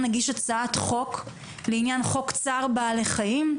נגיש הצעת חוק לעניין חוק צער בעלי חיים,